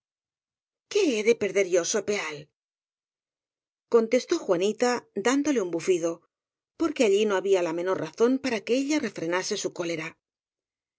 he de perder yo so peal contestó juanita dándole un bufido porque allí no había la menor razón para que ella refrenase su cólera